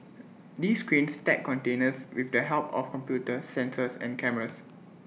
these cranes stack containers with the help of computers sensors and cameras